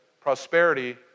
prosperity